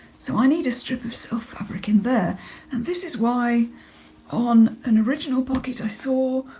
so i need a strip of self fabric in there and this is why on an original pocket i saw,